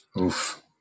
Oof